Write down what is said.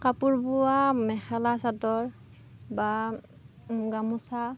কাপোৰ বোৱা মেখেলা চাদৰ বা গামোচা